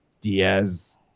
Diaz